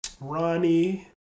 Ronnie